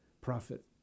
Profit